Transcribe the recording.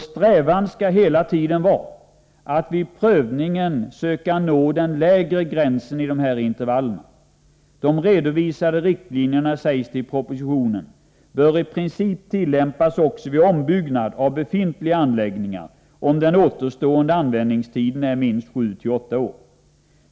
Strävan skall hela tiden vara att vid prövningen söka nå den lägre gränsen i dessa intervaller. De redovisade riktlinjerna, sägs det i propositionen, bör i princip tillämpas också vid ombyggnad av befintliga anläggningar om den återstående användningstiden är minst sju åtta år.